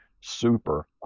super